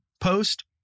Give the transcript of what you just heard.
post